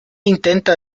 intenta